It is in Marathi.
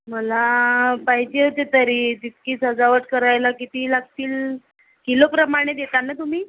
मला पाहिजे होते तरी जितकी सजावट करायला किती लागतील किलोप्रमाणे देता ना तुम्ही